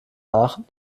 aachen